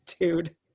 Dude